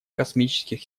космических